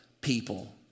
people